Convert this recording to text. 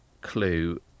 clue